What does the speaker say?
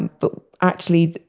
but actually,